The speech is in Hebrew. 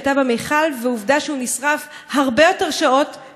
ועובדה שהוא נשרף הרבה יותר שעות ממה שחשבו,